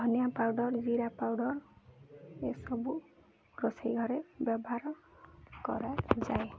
ଧନିଆ ପାଉଡ଼ର୍ ଜିରା ପାଉଡ଼ର୍ ଏସବୁ ରୋଷେଇ ଘରେ ବ୍ୟବହାର କରାଯାଏ